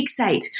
fixate